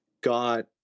got